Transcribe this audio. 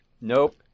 Nope